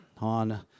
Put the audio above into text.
on